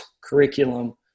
curriculum